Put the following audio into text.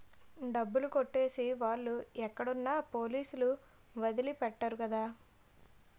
డబ్బులు కొట్టేసే వాళ్ళు ఎక్కడున్నా పోలీసులు వదిలి పెట్టరు కదా